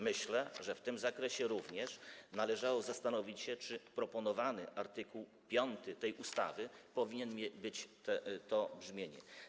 Myślę, że w tym zakresie należało zastanowić się, czy proponowany art. 5 tej ustawy powinien mieć to brzmienie.